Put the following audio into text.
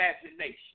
imagination